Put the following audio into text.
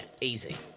easy